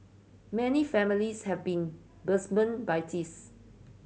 many families have been by